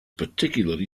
particularly